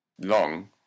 long